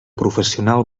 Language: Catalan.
professional